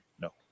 No